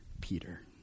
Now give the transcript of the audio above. Peter